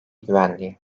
güvenliği